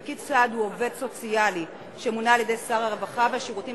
פקיד סעד הוא עובד סוציאלי שמונה על-ידי שר הרווחה והשירותים